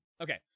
Okay